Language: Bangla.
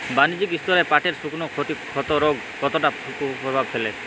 বাণিজ্যিক স্তরে পাটের শুকনো ক্ষতরোগ কতটা কুপ্রভাব ফেলে?